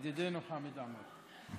אה, ידידנו חמד עמאר.